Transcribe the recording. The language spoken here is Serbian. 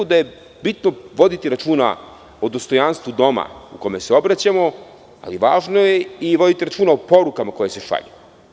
Bitno je voditi računa o dostojanstvu doma kome se obraćamo, ali je važno i da vodimo računa o porukama koje se šalju.